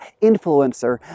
influencer